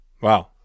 Wow